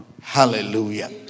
Hallelujah